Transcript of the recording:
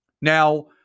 Now